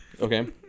Okay